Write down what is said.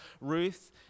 Ruth